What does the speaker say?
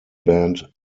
band